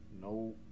No